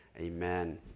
Amen